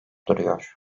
duruyor